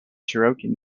cherokee